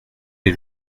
est